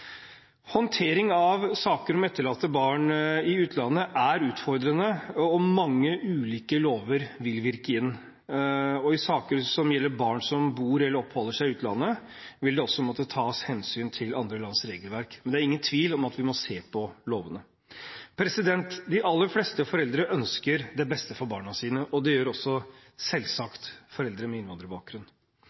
Håndtering av saker med etterlatte barn i utlandet er utfordrende, og mange ulike lover vil virke inn. I saker som gjelder barn som bor eller oppholder seg i utlandet, vil det også måtte tas hensyn til andre lands regelverk, men det er ingen tvil om at vi må se på lovene. De aller fleste foreldre ønsker det beste for barna sine, det gjør også selvsagt foreldre med innvandrerbakgrunn.